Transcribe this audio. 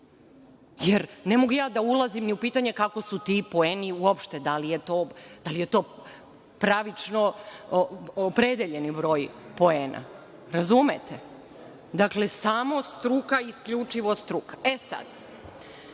Ne mogu ja da ulazim ni u pitanje kako su ti poeni uopšte, da li je to pravično opredeljeni broj poena, razumete? Dakle, samo struka isključivo struka. Sada,